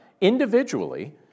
individually